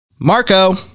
Marco